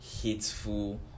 hateful